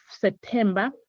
september